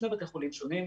בשני בתי חולים שונים,